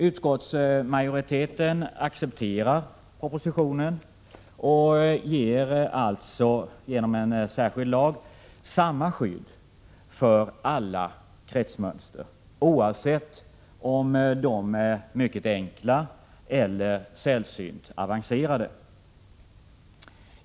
Utskottsmajoriteten accepterar propositionens förslag och ger alltså genom en särskild lag samma skydd för alla kretsmönster, oavsett om de är mycket enkla eller sällsynt avancerade.